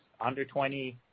under-20